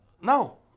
No